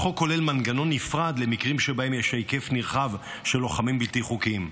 החוק כולל מנגנון נפרד למקרים שבהם יש היקף נרחב של לוחמים בלתי חוקיים.